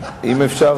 אם אפשר,